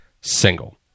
single